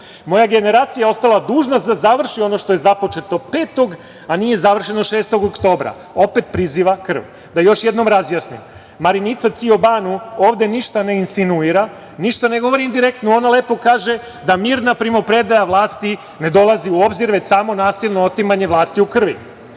Moja generacija je ostala dužna da završi ono što je započeto petog, a nije završeno 6. oktobra. Opet priziva krv.Da još jednom razjasnim. Marinica Cijobanu ovde ništa ne insinuira, ništa ne govori indirektno, ona lepo kaže da mirna primopredaja vlasti ne dolazi u obzir, već samo nasilno otimanje vlasti u krvi.